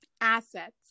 assets